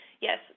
yes